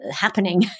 happening